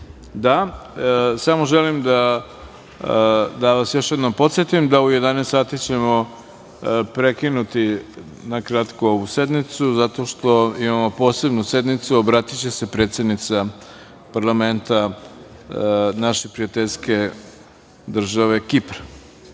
(Da)Samo želim da vas još jednom podsetim da ćemo u 11.00 sati prekinuti na kratko ovu sednicu, zato što imamo Posebnu sednicu, na kojoj će se obratiti predsednica parlamenta naše prijateljske države Kipra. Reč